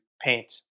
paint